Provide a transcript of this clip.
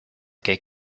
get